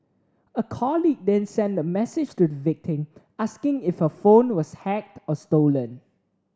a colleague then sent a message to the victim asking if her phone was hacked or stolen